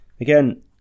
again